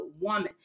woman